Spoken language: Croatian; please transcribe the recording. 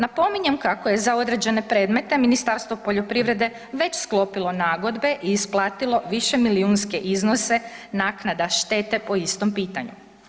Napominjem kako je za određene predmete Ministarstvo poljoprivrede već sklopilo nagodbe i isplatilo višemilijunske iznose naknada štete po istom pitanju.